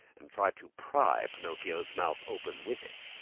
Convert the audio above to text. and tried to pry pinocchio's mouth open with it.